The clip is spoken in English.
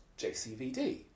JCVD